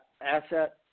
asset